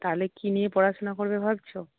তাহলে কী নিয়ে পড়াশোনা করবে ভাবছ